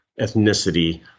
ethnicity